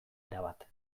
erabat